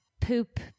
poop